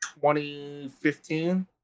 2015